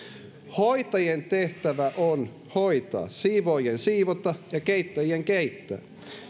hoitajien tehtävä on hoitaa siivoojien siivota ja keittäjien keittää